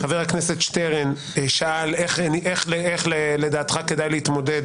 חבר הכנסת שטרן שאל איך לדעתך כדאי להתמודד